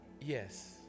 Yes